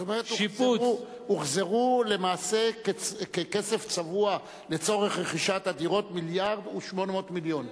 כלומר הוחזרו למעשה ככסף צבוע לצורך רכישת הדירות מיליארד ו-800 מיליון?